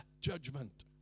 judgment